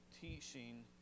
teaching